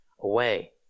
away